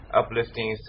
uplifting